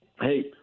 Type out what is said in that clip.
Hey